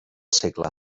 segle